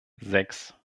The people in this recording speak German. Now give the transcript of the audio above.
sechs